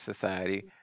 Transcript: society